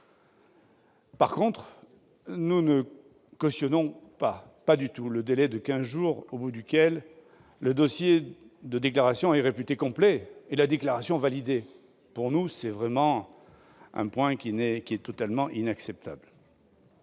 échéance. Nous ne cautionnons pas du tout le délai de quinze jours au terme duquel le dossier de déclaration est réputé complet et la déclaration validée. Pour nous, ce point est totalement inacceptable.